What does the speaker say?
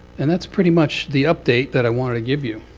and that's pretty much the update that i wanted to give you.